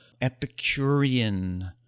epicurean